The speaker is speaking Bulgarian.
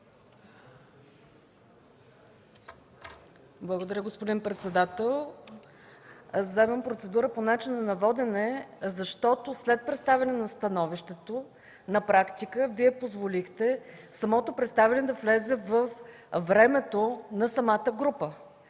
Благодаря, господин председател. Вземам процедура по начина на водене, защото след представяне на становището на практика Вие позволихте самото представяне да влезе във времето на групата,